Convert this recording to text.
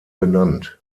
benannt